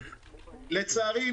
לצערי,